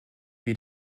wir